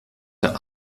der